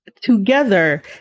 together